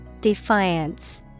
Defiance